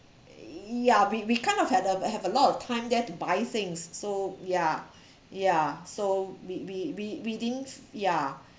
ya we we kind of had a have a lot of time there to buy things so yeah yeah so we we we we didn't ya